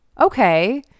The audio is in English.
Okay